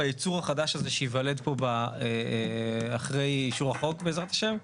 ביצור החדש הזה שיוולד פה אחרי אישור החוק בעזרת השם,